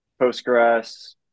Postgres